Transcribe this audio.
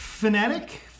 Fanatic